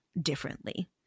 differently